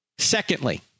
Secondly